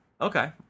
Okay